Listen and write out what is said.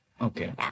Okay